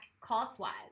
cost-wise